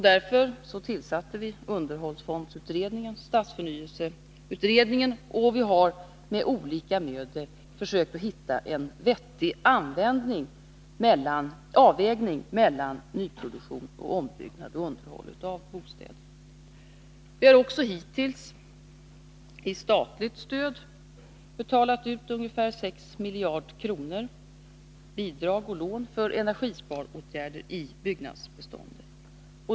Därför tillsatte vi underhållsfondsutredningen och stadsförnyelsekommittén, och därför har vi med olika medel försökt hitta en vettig avvägning mellan nyproduktion och ombyggnad och underhåll av bostäder. Vi har också hittills betalat ut ungefär 6 miljarder kronor i statligt stöd i form av bidrag och lån för energisparåtgärder i byggnadsbeståndet.